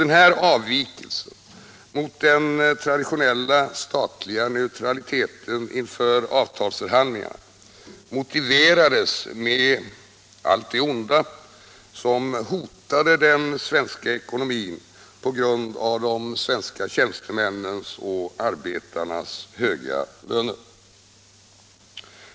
Denna avvikelse från den traditionella statliga neutraliteten inför avtalsförhandlingarna motiverades med allt det onda som hotade den svenska ekonomin på grund av de svenska tjänstemännens och arbetarnas höga löner.